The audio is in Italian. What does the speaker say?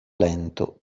lento